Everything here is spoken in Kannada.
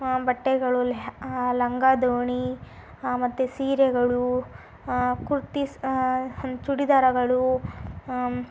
ಬಟ್ಟೆಗಳು ಲೆಹಾ ಲಂಗ ದಾವಣಿ ಮತ್ತೆ ಸೀರೆಗಳು ಕುರ್ತೀಸ್ ಚೂಡಿದಾರಗಳು